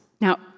Now